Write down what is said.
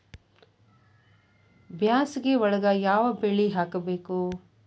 ಬ್ಯಾಸಗಿ ಒಳಗ ಯಾವ ಬೆಳಿ ಹಾಕಬೇಕು?